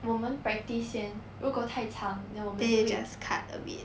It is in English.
我们 practise 先如果太长 then 我们就会